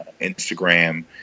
Instagram